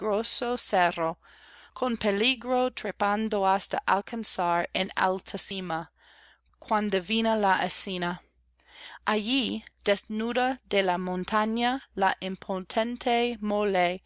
con peligro trepando hasta alcanzar el alta cima cuan divina la escena allí desnuda de la montaña la imponente